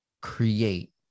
create